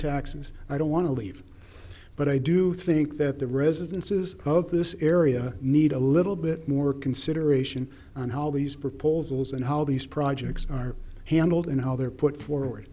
taxes i don't want to leave but i do think that the residences of this area need a little bit more consideration on how all these proposals and how these projects are handled and how they're put forward